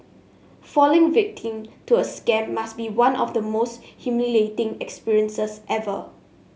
falling victim to a scam must be one of the most humiliating experiences ever